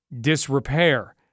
disrepair